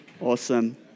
Awesome